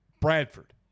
Bradford